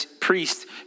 priest